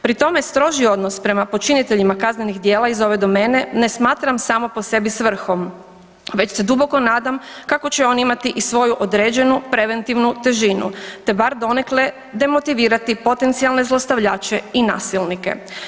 Pri tome stroži odnos prema počiniteljima kaznenih djela iz ove domene ne smatram samo po sebi svrhom već se duboko nadam kako će on imati i svoju određenu preventivnu težinu te bar donekle demotivirati potencijalne zlostavljače i nasilnike.